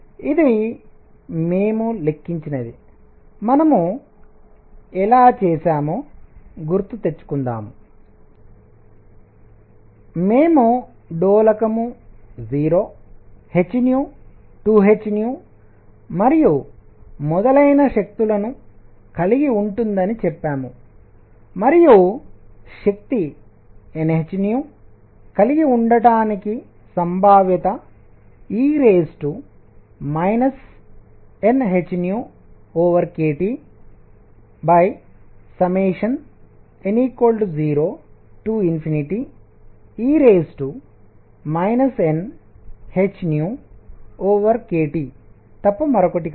ఇది మేము లెక్కించినది మనము ఎలా చేసామో గుర్తు తెచ్చుకుందాం మేము డోలకం 0 h 2 h మరియు మొదలైన శక్తులను కలిగి ఉంటుందని చెప్పాము మరియు శక్తి nh కలిగి ఉండటానికి సంభావ్యత e nhkTn0e nhkT తప్ప మరొకటి కాదు